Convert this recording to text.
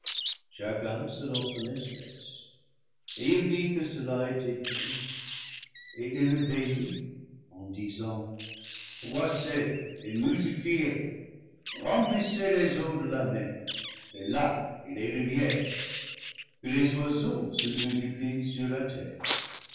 chacun selon son espèce et il vit que cela était bon et il le bénit en disant croissez et multipliez remplissez les eaux de la mer des lacs et des rivières que les oiseaux se multiplient sur la terre